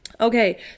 Okay